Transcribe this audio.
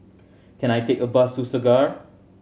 can I take a bus to Segar